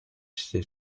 числе